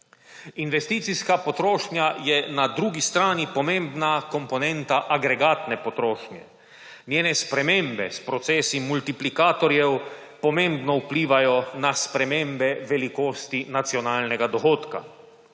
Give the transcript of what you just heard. Investicijska potrošnja je na drugi strani pomembna komponenta agregatne potrošnje. Njene spremembe s procesi multiplikatorjev pomembno vplivajo na spremembe velikosti nacionalnega dohodka.